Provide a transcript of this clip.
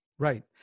Right